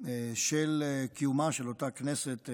של קיומה של אותה כנסת,